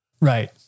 Right